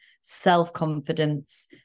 self-confidence